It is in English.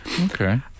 Okay